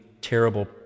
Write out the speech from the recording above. terrible